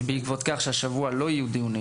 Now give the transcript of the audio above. ובעקבות כך שהשבוע לא יהיו דיונים